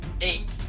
Eight